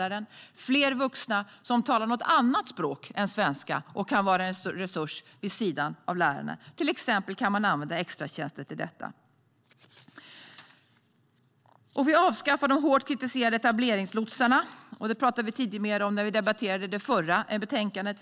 Skolorna tar också tacksamt emot fler vuxna som talar något annat språk än svenska och som kan vara en resurs vid sidan av läraren. Man kan till exempel använda extratjänster för detta. Vi avskaffar de hårt kritiserade etableringslotsarna. Det pratade vi mer om när vi debatterade det förra betänkandet.